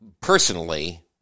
personally